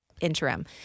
interim